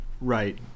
Right